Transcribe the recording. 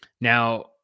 Now